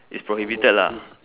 it's prohibited lah